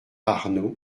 arnaud